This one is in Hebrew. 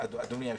אדוני היושב-ראש,